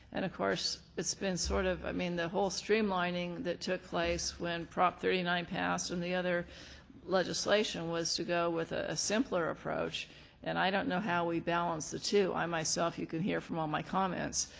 and of course, it's been sort of i mean the whole streamlining that took place when prop. thirty nine passed and the other legislation was to go with a simpler approach and i don't know how we balance the two. i myself, you can hear from all my comments,